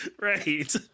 Right